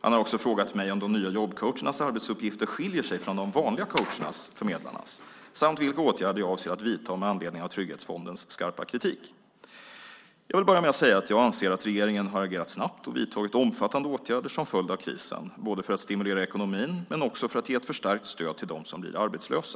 Han har också frågat mig om de nya jobbcoachernas arbetsuppgifter skiljer sig från de vanliga coachernas eller förmedlarnas samt vilka åtgärder jag avser att vidta med anledning av Trygghetsfondens skarpa kritik. Jag vill börja med att säga att jag anser att regeringen har agerat snabbt och vidtagit omfattande åtgärder som följd av krisen för att stimulera ekonomin men också för att ge ett förstärkt stöd till dem som blir arbetslösa.